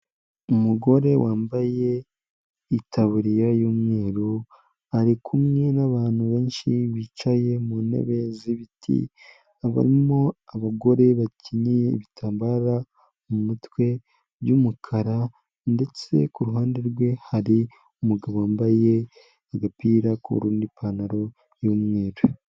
Umugore wambaye itaburiya y'umweru ari kumwe n'abantu benshi bicaye mu ntebe z'ibiti, harimo abagore bakenyeye ibitambaro mu mutwe by'umukara ndetse ku ruhande rwe hari umugabo wambaye agapira n'ipantaro y'umweru.